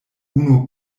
unu